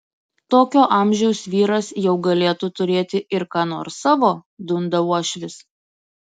tokio amžiaus vyras jau galėtų turėti ir ką nors savo dunda uošvis